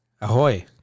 Ahoy